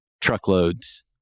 truckloads